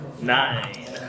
nine